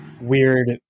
weird